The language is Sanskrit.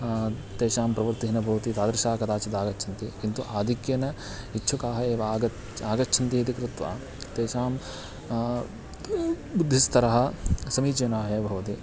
तेषां प्रवृत्तिः न भवति तादृशाः कदाचित् आगच्छन्ति किन्तु आधिक्येन इच्छुकाः एव आगच्छ आगच्छन्ति इति कृत्वा तेषां बुद्धिस्तरः समीचीनाः एव भवति